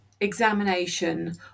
examination